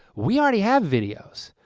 we already have videos.